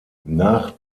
nach